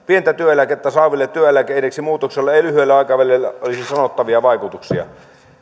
pientä työeläkettä saaville työeläkeindeksin muutoksella ei lyhyellä aikavälillä olisi sanottavia vaikutuksia